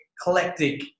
eclectic